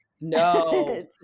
No